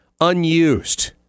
unused